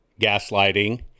gaslighting